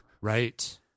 Right